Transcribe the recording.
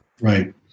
Right